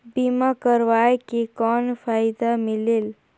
बीमा करवाय के कौन फाइदा मिलेल?